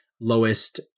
lowest